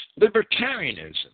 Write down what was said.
Libertarianism